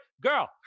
Girl